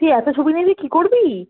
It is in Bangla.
তুই এত ছবি নিলে কী করবি